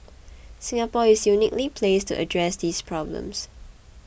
Singapore is uniquely placed to address these problems